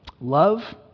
Love